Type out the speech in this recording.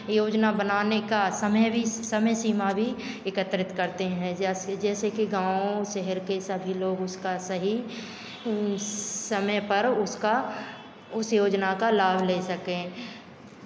योजना बनाने का समय भी समय सीमा भी एकत्रित करते हैं जैसे जैसे कि गाँव शहर के सभी लोग उसका सही समय पर उसका उस योजना का लाभ ले सकें